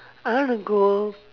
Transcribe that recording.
I want to go